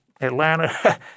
Atlanta